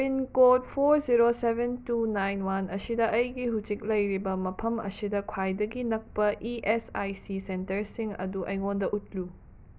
pin code four zero seven two nine one ꯑꯁꯤꯗ ꯑꯩꯒꯤ ꯍꯧꯖꯤꯛ ꯂꯩꯔꯤꯕ ꯃꯐꯝ ꯑꯁꯤꯗ ꯈ꯭ꯋꯥꯏꯗꯒꯤ ꯅꯛꯄ ꯏ ꯑꯦꯁ ꯑꯥꯏ ꯁꯤ ꯁꯦꯟꯇꯔꯁꯤꯡ ꯑꯗꯨ ꯑꯩꯉꯣꯟꯗ ꯎꯠꯂꯨ